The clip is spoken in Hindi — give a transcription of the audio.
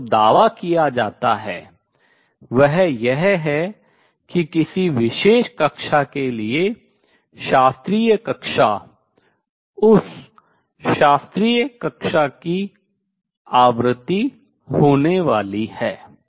और जो दावा किया जाता है वह यह है कि किसी विशेष कक्षा के लिए शास्त्रीय कक्षा उस शास्त्रीय कक्षा की आवृत्ति होने वाली है